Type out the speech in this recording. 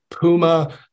Puma